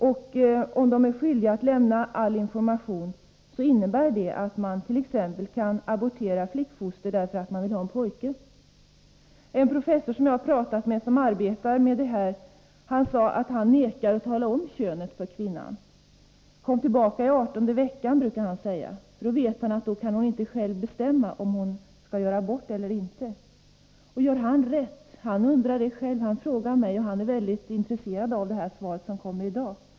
Om läkarna är skyldiga att lämna all information, innebär det att man t.ex. kan abortera flickfoster därför att man vill ha en pojke. Jag har talat med en professor som arbetar med dessa frågor, och han berättade att han vägrar tala om barnets kön för kvinnan. Kom tillbaka i 18:e veckan, brukar han säga. Då vet han att kvinnan inte själv kan bestämma om hon skall göra abort eller inte. Gör han rätt? Han undrar det själv. Han frågar mig, och han är väldigt intresserad av dagens svar.